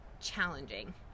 challenging